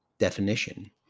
definition